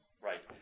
right